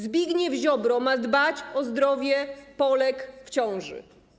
Zbigniew Ziobro ma dbać o zdrowie Polek w ciąży.